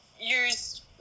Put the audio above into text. use